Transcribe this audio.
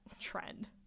trend